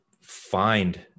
find